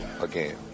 again